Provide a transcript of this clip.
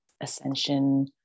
ascension